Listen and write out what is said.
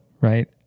right